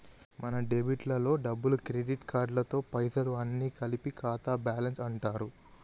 మన డెబిట్ లలో డబ్బులు క్రెడిట్ కార్డులలో పైసలు అన్ని కలిపి ఖాతా బ్యాలెన్స్ అంటారు